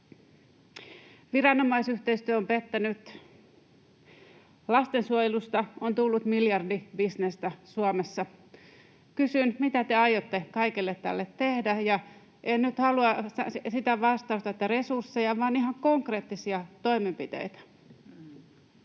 Viranomaisyhteistyö on pettänyt, lastensuojelusta on tullut miljardibisnestä Suomessa. Kysyn: mitä te aiotte kaikelle tälle tehdä? Ja en nyt halua sitä vastausta, että resursseja, vaan ihan konkreettisia toimenpiteitä.